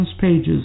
pages